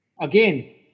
Again